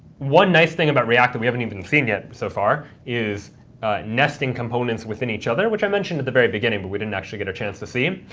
one nice thing about react that we haven't even seen yet so far is nesting components within each other, which i mentioned at the very beginning, but we didn't actually get a chance to see